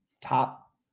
top